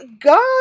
God